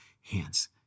hands